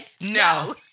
no